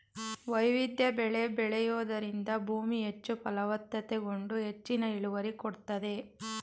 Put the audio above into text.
ವೈವಿಧ್ಯ ಬೆಳೆ ಬೆಳೆಯೂದರಿಂದ ಭೂಮಿ ಹೆಚ್ಚು ಫಲವತ್ತತೆಗೊಂಡು ಹೆಚ್ಚಿನ ಇಳುವರಿ ಕೊಡುತ್ತದೆ